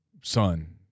son